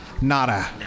nada